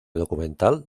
documental